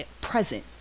present